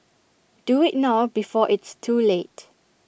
do IT now before it's too late